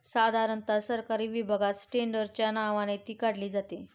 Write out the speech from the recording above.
साधारणता सरकारी विभागात टेंडरच्या नावाने ती काढली जाते